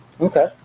Okay